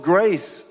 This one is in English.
Grace